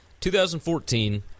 2014